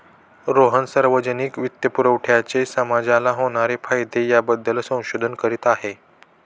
रोहन सार्वजनिक वित्तपुरवठ्याचे समाजाला होणारे फायदे याबद्दल संशोधन करीत आहे